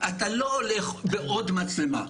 אתה לא הולך בעוד מצלמה,